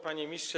Panie Ministrze!